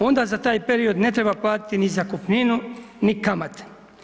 Onda za taj period ne treba platiti ni zakupninu ni kamate.